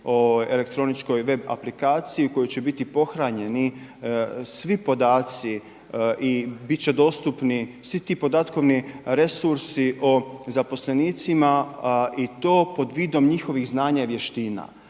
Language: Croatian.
elektroničkoj web aplikaciji u kojoj će bit pohranjeni svi podaci i bit će dostupni svi ti podatkovni resursi o zaposlenicima i to pod vidom njihovih znanja i vještina.